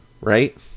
right